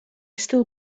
still